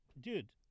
dude